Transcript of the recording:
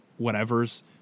whatevers